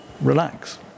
Relax